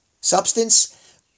substance